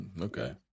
Okay